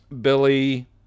Billy